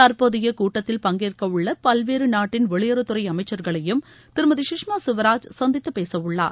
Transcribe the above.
தற்போதைய கூட்டத்தில் பங்கேற்கவுள்ள பல்வேறு நாட்டின் வெளியுறவுத்துறை அமைச்சர்களையும் திருமதி சுஷ்மா சுவராஜ் சந்தித்து பேசவுள்ளார்